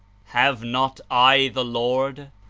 have not i the lord.